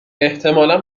احتمالا